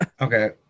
Okay